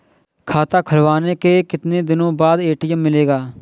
खाता खुलवाने के कितनी दिनो बाद ए.टी.एम मिलेगा?